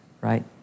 Right